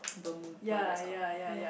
bermu~ whatever it's called yea